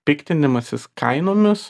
piktinimasis kainomis